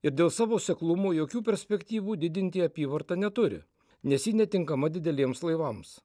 ir dėl savo seklumo jokių perspektyvų didinti apyvartą neturi nes ji netinkama dideliems laivams